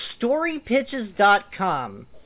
StoryPitches.com